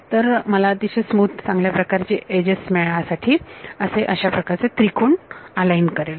तर मला अतिशय स्मूथ चांगल्याप्रकारे एजेस मिळण्यासाठी असे अशाप्रकारे त्रिकोण अलाइन करेल